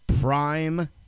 Prime